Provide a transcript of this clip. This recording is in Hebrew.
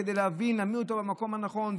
כדי להעמיד אותו במקום הנכון.